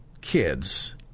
kids